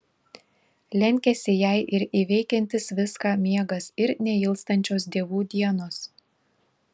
lenkiasi jai ir įveikiantis viską miegas ir neilstančios dievų dienos